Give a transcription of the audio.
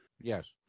Yes